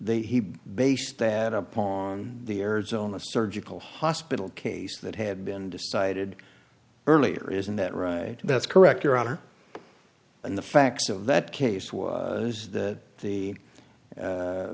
they he based that upon the arizona surgical hospital case that had been decided earlier isn't that right that's correct your honor and the facts of that case was that the